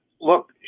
Look